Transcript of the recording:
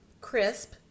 crisp